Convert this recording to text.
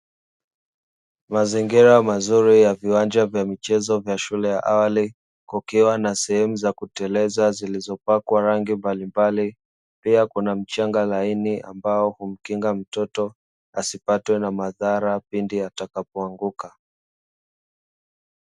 Mazingira mazuri ya viwanja vya michezo vya shule ya awali, kukiwa na sehemu za kuteleza zilizopakwa rangi mbalimbali. Pia kuna mchanga laini ambao humkinga mtoto asipatwe na madhara pindi atakapoanguka.